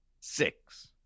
Six